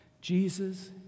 Jesus